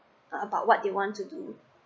uh about what they want to do